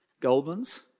Goldman's